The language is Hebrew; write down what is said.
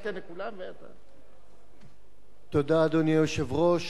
תודה, אדוני היושב-ראש.